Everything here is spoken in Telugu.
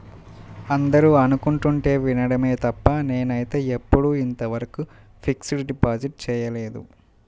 అందరూ అనుకుంటుంటే వినడమే తప్ప నేనైతే ఎప్పుడూ ఇంతవరకు ఫిక్స్డ్ డిపాజిట్ చేయలేదు